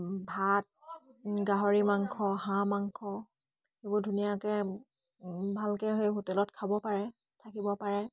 ভাত গাহৰি মাংস হাঁহ মাংস এইবোৰ ধুনীয়াকৈ ভালকৈ সেই হোটেলত খাব পাৰে থাকিব পাৰে